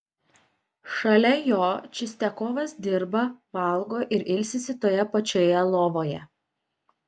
šalia jo čistiakovas dirba valgo ir ilsisi toje pačioje lovoje